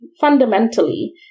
fundamentally